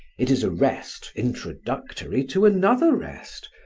it is a rest introductory to another rest,